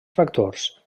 factors